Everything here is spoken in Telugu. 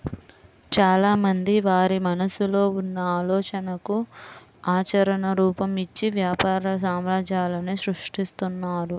చాలామంది వారి మనసులో ఉన్న ఆలోచనలకు ఆచరణ రూపం, ఇచ్చి వ్యాపార సామ్రాజ్యాలనే సృష్టిస్తున్నారు